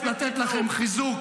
הרבה יותר טוב.